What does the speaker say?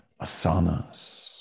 Asanas